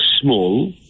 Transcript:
small